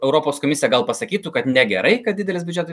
europos komisija gal pasakytų kad negerai kad didelis biudžeto